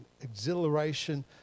exhilaration